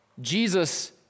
Jesus